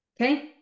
Okay